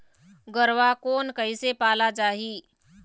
गरवा कोन कइसे पाला जाही?